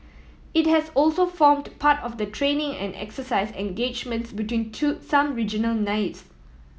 it has also formed part of the training and exercise engagements between to some regional navies